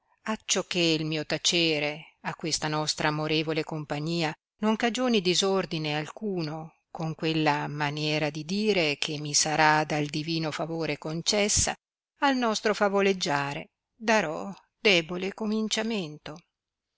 prima acciò che mio tacere a questa nostra amorevole compagnia non cagioni disordine alcuno con quella maniera di dire che mi sarà dal divino favore concessa al nostro favoleggiare darò debole